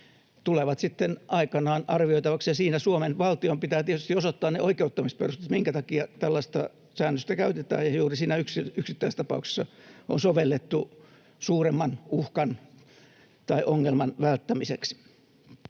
tulevat sitten aikanaan arvioitavaksi, ja siinä Suomen valtion pitää tietysti osoittaa ne oikeuttamisperusteet, minkä takia tällaista säännöstä käytetään ja juuri siinä yksittäistapauksessa on sovellettu suuremman uhkan tai ongelman välttämiseksi.